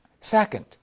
Second